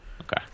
Okay